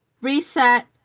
Reset